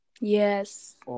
yes